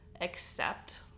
accept